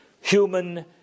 human